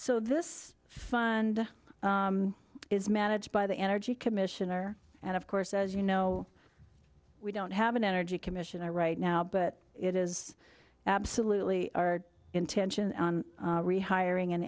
so this fund is managed by the energy commission there and of course as you know we don't have an energy commission i right now but it is absolutely our intention rehiring an